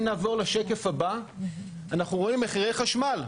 אם נעבור לשקף הבא, אנחנו רואים מחירי חשמל.